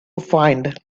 find